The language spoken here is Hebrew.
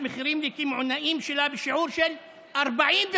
מחירים לקמעונאים שלה בשיעור של 44%;